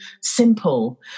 simple